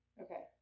Okay